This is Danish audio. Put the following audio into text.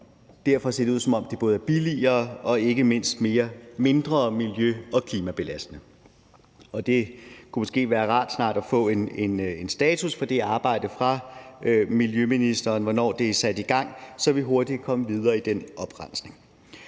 Derfor ser det ud, som om det er både billigere og ikke mindst mindre miljø- og klimabelastende, og det kunne måske være rart snart at få en status for det arbejde fra miljøministeren, og hvornår det er sat i gang, så vi hurtigt kan komme videre med den oprensning.